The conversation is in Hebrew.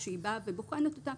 כשהיא באה לבחון אותם,